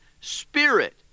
spirit